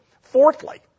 Fourthly